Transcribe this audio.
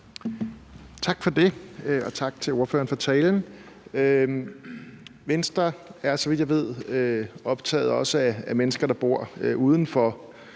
Tak for det, og tak til ordføreren for talen. Venstre er, så vidt jeg ved, også optaget af mennesker, der bor uden for